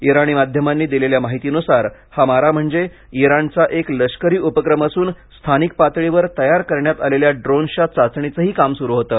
इराणी माध्यमांनी दिलेल्या माहितीनुसार हा मारा म्हणजे इराणचा एक लष्करी उपक्रम असून स्थानिक पातळीवर तयार करण्यात आलेल्या ड्रोन्सच्या चाचणीचंही काम सुरू होतं